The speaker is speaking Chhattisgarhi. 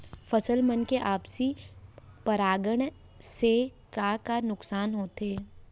फसल मन के आपसी परागण से का का नुकसान होथे?